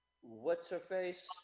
What's-her-face